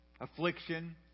affliction